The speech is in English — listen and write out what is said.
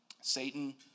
Satan